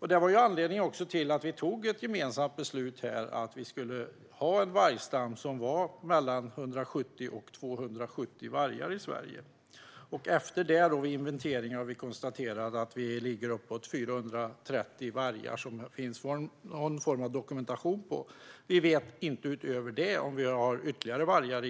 Detta var anledningen till att vi fattade ett gemensamt beslut om att vi i Sverige skulle ha en vargstam som omfattade 170-270 vargar. Vid den efterföljande inventeringen konstaterades att antalet vargar som det finns någon form av dokumentation på är uppåt 430. Vi vet inte om det utöver dessa finns ytterligare vargar